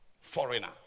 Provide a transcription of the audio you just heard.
foreigner